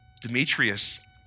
Demetrius